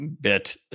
bit